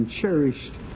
cherished